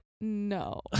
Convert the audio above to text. no